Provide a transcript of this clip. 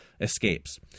escapes